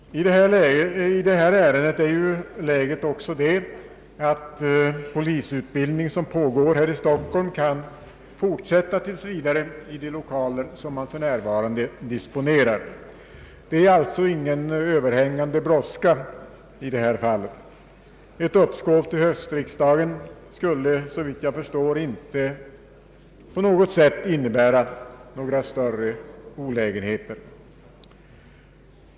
I detta ärende är läget också det att den polisutbildning som pågår här i Stockholm tills vidare kan fortsätta i de lokaler som för närvarande disponeras. Det är alltså inte någon överhängande brådska i detta fall. Ett uppskov till höstriksdagen skulle såvitt jag förstår inte innebära några större olägenheter.